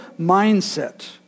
mindset